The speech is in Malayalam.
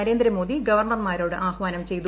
നരേന്ദ്ര മോദി ഗവർണർമാരോട് ആഹ്വാനം ചെയ്തു